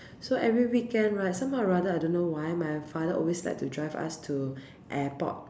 so every weekend right somehow or rather I don't know why my father always like to drive us to airport